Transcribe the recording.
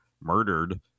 murdered